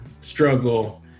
struggle